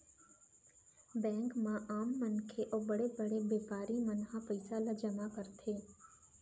bank म आम मनखे अउ बड़े बड़े बेपारी मन ह पइसा ल जमा करथे